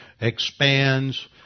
expands